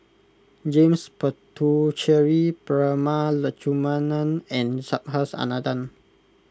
James Puthucheary Prema Letchumanan and Subhas Anandan